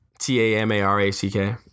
T-A-M-A-R-A-C-K